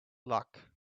luck